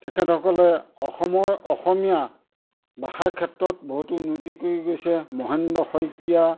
তেখেতসকলে অসমৰ অসমীয়া ভাষাৰ ক্ষেত্ৰত বহুতো উন্নতি কৰি গৈছে মহেন্দ্ৰ শইকীয়া